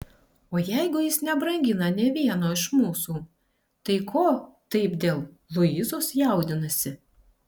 o jeigu jis nebrangina nė vieno iš mūsų tai ko taip dėl luizos jaudinasi